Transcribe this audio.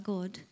God